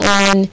on